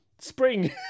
spring